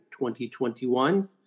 2021